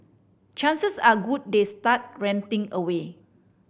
chances are good they start ranting away